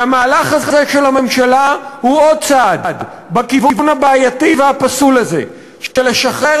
והמהלך הזה של הממשלה הוא עוד צעד בכיוון הבעייתי והפסול הזה של לשחרר